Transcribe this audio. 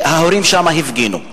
ההורים שם הפגינו,